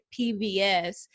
PBS